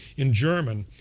in german,